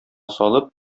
салып